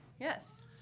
yes